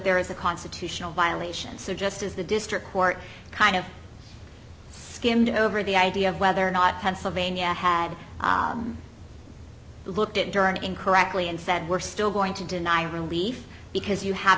there is a constitutional violation so just as the district court kind of skimmed over the idea of whether or not pennsylvania had he looked at durant in correctly and said we're still going to deny relief because you have